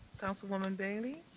councilwoman bailey.